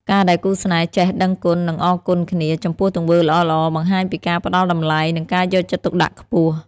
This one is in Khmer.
ការដែលគូស្នេហ៍ចេះ "ដឹងគុណ និងអរគុណគ្នា" ចំពោះទង្វើល្អៗ បង្ហាញពីការផ្ដល់តម្លៃ និងការយកចិត្តទុកដាក់ខ្ពស់។